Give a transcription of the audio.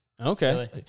Okay